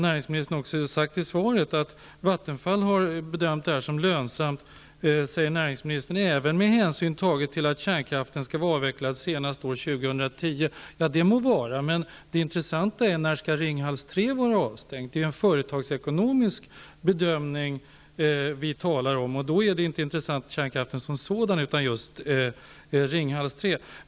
Näringsministern sade också i sitt svar att Vattenfall har bedömt detta som lönsamt, även med hänsyn tagen till att kärnkraften skall vara avvecklad senast år 2010. Ja, det må vara. Den intressanta frågan är när Ringhals 3 skall stängas av. Vi talar här om en företagsekonomisk bedömning. Då är inte kärnkraften som sådan intressant, utan i det här fallet Ringhals 3.